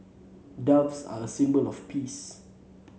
doves are a symbol of peace